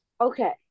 Okay